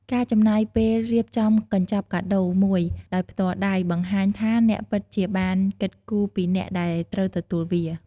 ការចំណាយពេលរៀបចំកញ្ចប់កាដូមួយដោយផ្ទាល់ដៃ បង្ហាញថាអ្នកពិតជាបានគិតគូរពីអ្នកដែលត្រូវទទួលវា។